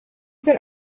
could